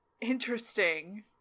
Interesting